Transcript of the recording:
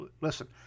Listen